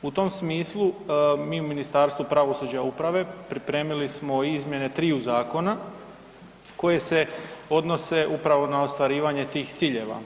U tom smislu mi u Ministarstvu pravosuđa i uprave pripremili smo izmjene triju zakona koje se odnose upravo na ostvarivanje tih ciljeva.